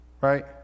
right